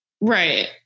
Right